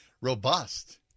Robust